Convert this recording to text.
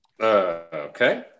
Okay